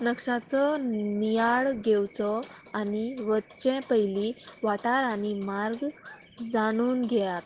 नक्षाचो नियाळ घेवचो आनी वच्चे पयली वाठार आनी मार्ग जाणून घेयात